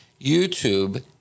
YouTube